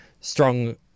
strong